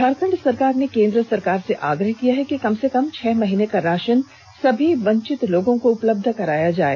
झारखंड सरकार ने केंद्र सरकार से आग्रह किया है कि कम से कम छह महीने का राषन सभी वंचित लोगों को उपलब्ध कराया जाए